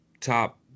top